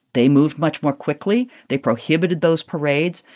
they moved much more quickly. they prohibited those parades,